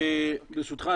ברשותך,